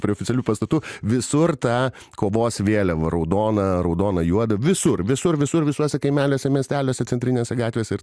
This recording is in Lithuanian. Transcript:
prie oficialių pastatų visur ta kovos vėliava raudona raudona juoda visur visur visur visuose kaimeliuose miesteliuose centrinėse gatvėse ir